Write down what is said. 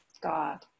God